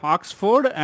Oxford